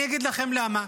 אני אגיד לכם למה.